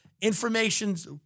Information's